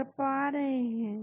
तो हम देख सकते हैं